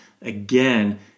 again